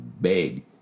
big